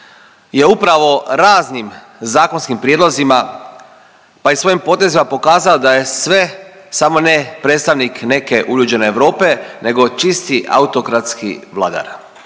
je upravo raznim zakonskim prijedlozima pa i svojim potezima pokazao da je sve samo ne predstavnik neke uljuđene Europe nego čisti autokratski vladar